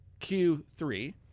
q3